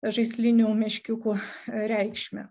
žaislinių meškiukų reikšmę